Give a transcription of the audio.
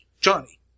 Johnny